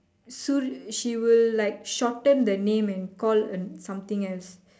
so she will like shorten the name and call uh something else